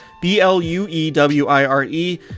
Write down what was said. b-l-u-e-w-i-r-e